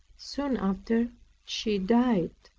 soon after she died.